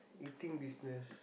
eating business